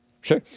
Sure